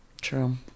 True